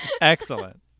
Excellent